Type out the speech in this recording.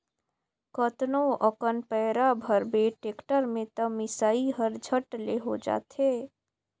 कतनो अकन पैरा भरबे टेक्टर में त मिसई हर झट ले हो जाथे